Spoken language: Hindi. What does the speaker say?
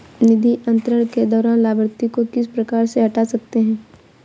निधि अंतरण के दौरान लाभार्थी को किस प्रकार से हटा सकते हैं?